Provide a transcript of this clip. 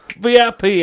VIP